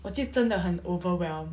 我就真的很 overwhelmed